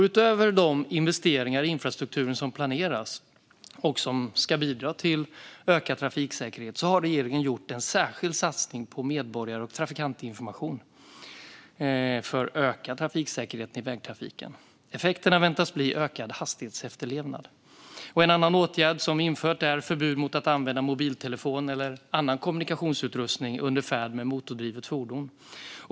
Utöver de investeringar i infrastrukturen som planeras och som ska bidra till ökad trafiksäkerhet har regeringen gjort en särskild satsning på medborgar och trafikantinformation för ökad trafiksäkerhet i vägtrafiken. Effekterna väntas bli ökad hastighetsefterlevnad. En annan åtgärd vi genomfört är förbud mot att använda mobiltelefon eller annan kommunikationsutrustning under färd med motordrivet fordon.